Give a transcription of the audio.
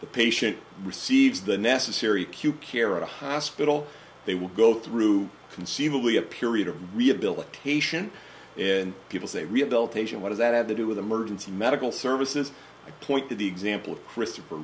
the patient receives the necessary cube care at a hospital they will go through conceivably a period of rehabilitation in people say rehabilitation what does that have to do with emergency medical services i point to the example of christopher